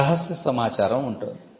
రహస్య సమాచారం ఉంటుంది